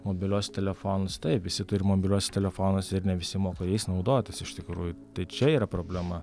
mobiliuos telefonus taip visi turi mobiliuosius telefonus ir ne visi moka jais naudotis iš tikrųjų tai čia yra problema